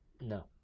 No